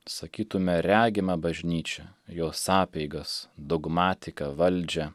sakytume regimą bažnyčią jos apeigas dogmatiką valdžią